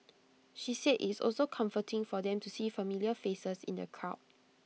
she said it's also comforting for them to see familiar faces in the crowd